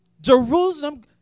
Jerusalem